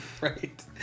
Right